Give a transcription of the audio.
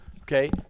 okay